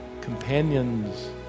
companions